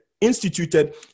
Instituted